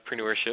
entrepreneurship